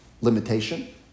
limitation